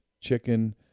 chicken